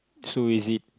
so is it